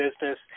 business